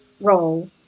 role